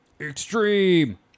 extreme